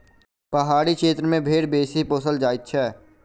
पहाड़ी क्षेत्र मे भेंड़ बेसी पोसल जाइत छै